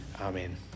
Amen